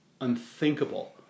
unthinkable